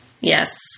Yes